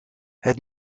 het